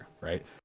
right